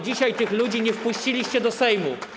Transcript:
Dzisiaj tych ludzi nie wpuściliście do Sejmu.